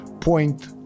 point